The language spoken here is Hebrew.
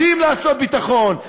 יודעים לעשות ביטחון,